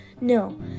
no